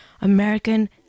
American